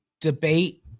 debate